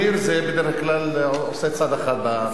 את זה בדרך כלל עושה צד אחד באזור.